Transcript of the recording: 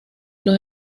los